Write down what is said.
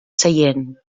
seient